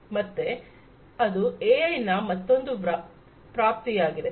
ಮತ್ತೆ ಅದು ಎಐ ನ ಮತ್ತೊಂದು ಪ್ರಾಪ್ತಿಯಾಗಿದೆ